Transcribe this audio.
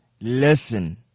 Listen